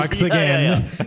again